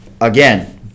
again